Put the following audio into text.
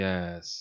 Yes